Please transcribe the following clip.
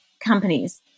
companies